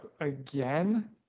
again